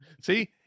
see